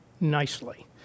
nicely